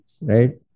right